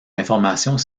informations